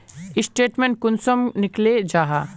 Statement कुंसम निकले जाहा?